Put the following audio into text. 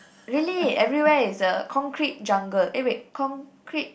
really everywhere is a concrete jungle eh wait concrete